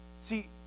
See